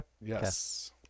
Yes